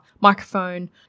microphone